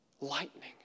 Lightning